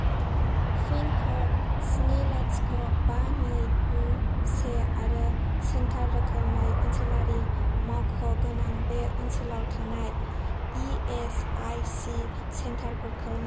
पिनक'ड स्रि लाथिख' बा नै गु से आरो सेन्टार रोखोमै ओनसोलारि मावख' गोनां बे ओनसोलाव थानाय इएसआइसि सेन्टारफोरखौ नागित